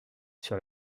sur